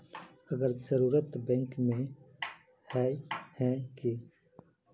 अगर जरूरत बैंक में होय है की?